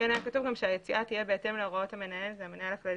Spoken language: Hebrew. היה כתוב ש"היציאה תהיה בהתאם להוראות המנהל הכללי